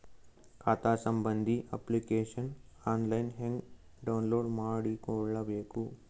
ಖಾತಾ ಸಂಬಂಧಿ application online ಹೆಂಗ್ ಡೌನ್ಲೋಡ್ ಮಾಡಿಕೊಳ್ಳಬೇಕು?